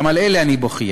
גם על אלה אני בוכייה.